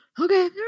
Okay